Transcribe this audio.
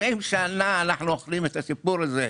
70 שנה אנחנו אוכלים את הסיפור הזה.